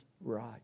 right